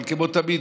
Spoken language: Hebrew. אבל כמו תמיד,